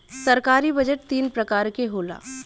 सरकारी बजट तीन परकार के होला